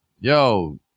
Yo